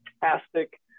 fantastic